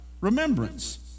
remembrance